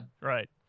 Right